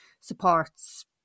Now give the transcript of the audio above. supports